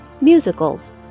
musicals